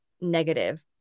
negative